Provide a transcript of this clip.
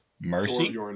Mercy